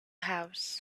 house